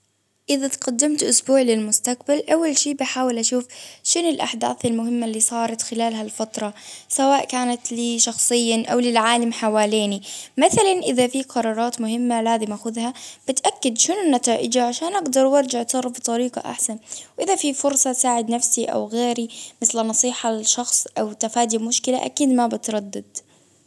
إذا تقدمت إسبوع للمستقبل أول شيء بحاول أشوف شنو الأحداث المهمة اللي صارت خلال هالفترة، سواء كانت لي شخصيا أو للعالم حواليني، مثلا إذا في قرارات مهمة لازم آخذها بتأكد شنو النتائج عشان أقدر وأرجع أتصرف بطريقة أحسن، وإذا في فرصة ساعد نفسي أو غيري نصيحة للشخص أو تفادي المشكلة أكيد ما بتردد.